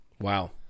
wow